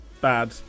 bad